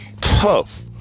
Tough